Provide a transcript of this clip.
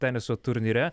teniso turnyre